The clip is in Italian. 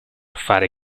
fare